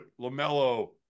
Lamelo